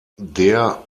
der